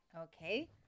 Okay